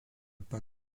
pas